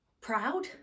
proud